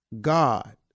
God